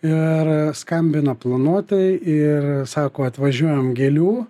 ir skambina planuotojai ir sako atvažiuojam gėlių